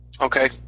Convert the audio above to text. Okay